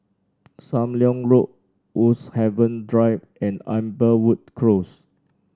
Sam Leong Road Woodhaven Drive and Amberwood Close